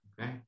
okay